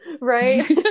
Right